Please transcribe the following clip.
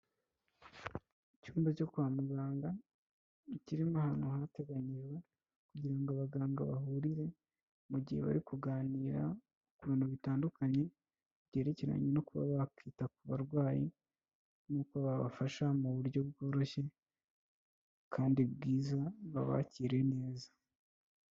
Icyumba cyo kwa muganga, kirimo ahantu hateganiyijwe kugira ngo abaganga bahurire mu gihe bari kuganira ku bintu bitandukanye byerekeranye no kuba bakita ku barwayi n'uko babafasha mu buryo bworoshye kandi bwiza, babakire neza.